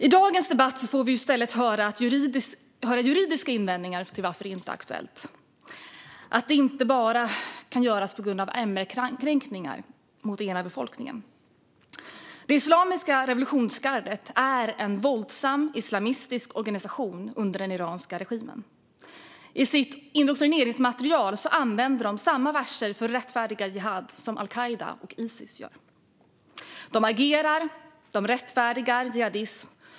I dagens debatt får vi i stället höra juridiska invändningar till varför det inte är aktuellt - att det inte bara kan göras på grund av MR-kränkningar mot den egna befolkningen. Islamiska revolutionsgardet är en våldsam islamistisk organisation under den iranska regimen. I sitt indoktrineringsmaterial använder de samma verser för att rättfärdiga jihad som al-Qaida och Isis gör. De agerar, och de rättfärdigar jihadism.